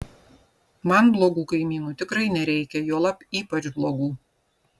man blogų kaimynų tikrai nereikia juolab ypač blogų